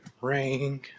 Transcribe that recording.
ring